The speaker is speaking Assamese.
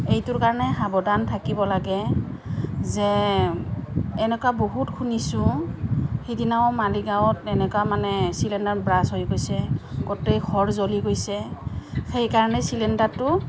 এইটোৰ কাৰণে সাৱধান থাকিব লাগে যে এনেকুৱা বহুত শুনিছোঁ সিদিনাও মালীগাঁৱত এনেকা মানে ছিলিণ্ডাৰ ব্ৰাছ হৈ গৈছে গোটেই ঘৰ জ্বলি গৈছে সেইকাৰণেই ছিলিণ্ডাৰটো